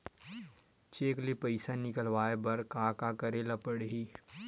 Cheque ले पईसा निकलवाय बर का का करे ल पड़हि?